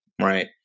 right